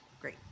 Great